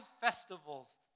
festivals